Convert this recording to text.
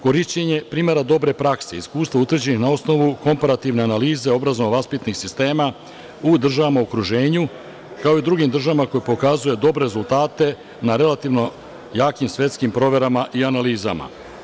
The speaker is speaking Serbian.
Korišćenja primera dobre prakse, iskustva utvrđena na osnovu komparativne analize obrazovno-vaspitnih sistema u državama u okruženju, kao i u drugim državama koje pokazuju dobre rezultate na relativno jakim svetskim proverama i analizama.